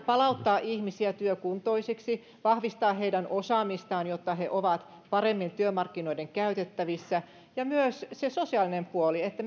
palauttaa ihmisiä työkuntoisiksi vahvistaa heidän osaamistaan jotta he ovat paremmin työmarkkinoiden käytettävissä ja on myös se sosiaalinen puoli että